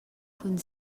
cun